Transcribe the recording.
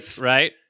Right